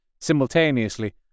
simultaneously